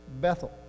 Bethel